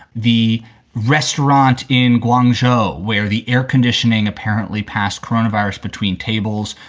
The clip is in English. the restaurant in gwang jo, where the air conditioning apparently passed coronavirus between tables,